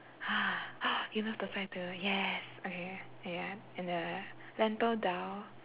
ah you love thosai too yes okay yeah and the lentil dhal